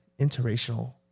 interracial